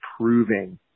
proving